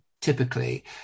typically